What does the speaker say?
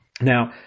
Now